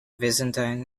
byzantine